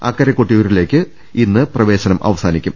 അക്കരെ കൊട്ടിയൂരിലേക്ക് ഇന്ന് പ്രവേശനം അവസാനിക്കും